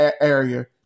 area